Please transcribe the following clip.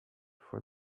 for